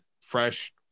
fresh